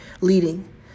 leading